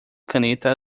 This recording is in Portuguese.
caneta